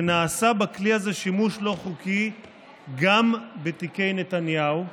שנעשה בכלי הזה שימוש לא חוקי גם בתיקי נתניהו.